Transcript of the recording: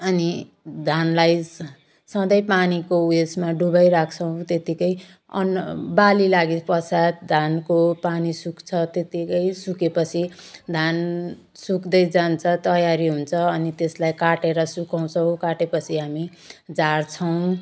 अनि धानलाई स सधैँ पानीको उयसमा डुबाइराख्छौँ त्यत्तिकै अन्न बाली लागेपश्चात धानको पानी सुक्छ त्यत्तिकै सुकेपछि धान सुक्दै जान्छ तयारी हुन्छ अनि त्यसलाई काटेर सुकाउँछौँ काटेपछि हामी झार्छौँ